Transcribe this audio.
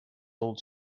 old